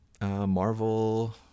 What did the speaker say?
Marvel